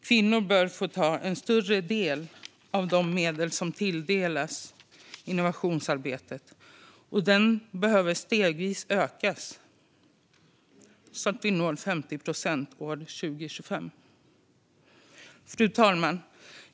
Kvinnor bör få en större del av de medel som tilldelas innovationsarbetet, och den behöver stegvis ökas så att vi når 50 procent år 2025. Fru talman!